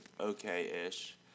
okay-ish